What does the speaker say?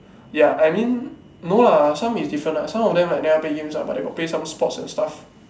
ya I mean no lah some is different lah some of them like never play games [one] but they got play some sports and stuff